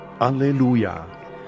Alleluia